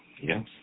Yes